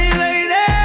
lady